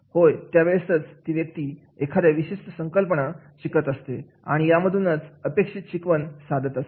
होय त्यावेळेसच ती व्यक्ती एखाद्या विशिष्ट संकल्पना शिकत असते आणि यामधूनच अपेक्षित शिकवण साधत असते